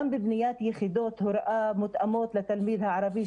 גם בבניית יחידות הוראה מותאמות לתלמיד הערבי.